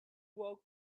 woke